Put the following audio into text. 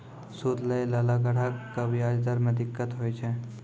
सूद लैय लाला ग्राहक क व्याज दर म दिक्कत होय छै